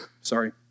Sorry